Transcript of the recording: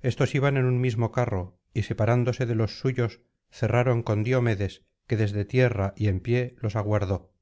estos iban en un mismo carro y separándose de los suyos cerraron con diomedes que desde tierra y enpie los aguardó